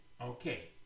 okay